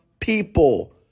people